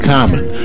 Common